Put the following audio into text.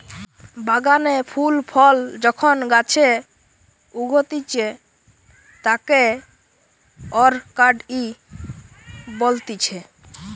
বাগানে ফুল ফল যখন গাছে উগতিচে তাকে অরকার্ডই বলতিছে